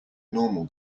normal